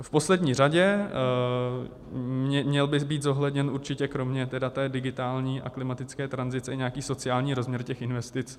V poslední řadě měl by být zohledněn určitě kromě té digitální a klimatické tranzice i nějaký sociální rozměr těch investic.